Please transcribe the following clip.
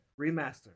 Remaster